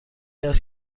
است